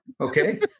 okay